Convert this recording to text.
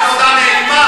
מפלגת העבודה נעלמה?